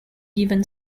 given